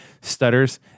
stutters